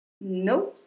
No